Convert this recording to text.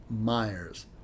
Myers